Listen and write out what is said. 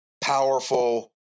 powerful